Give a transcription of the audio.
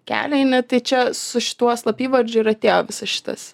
kelią eini tai čia su šituo slapyvardžiu ir atėjo visas šitas